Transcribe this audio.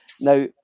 Now